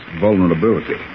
vulnerability